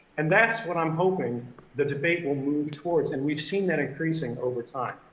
and that's what i'm hoping the debate will move towards, and we've seen that increasing over time.